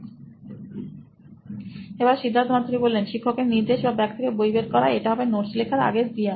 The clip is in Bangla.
সিদ্ধার্থ মাতু রি সি ই ও নোইন ইলেক্ট্রনিক্স শিক্ষকের নির্দে শ বা ব্যাগ থেকে বই বের করা এটা হবে নোটস লেখার আগের ক্রিয়া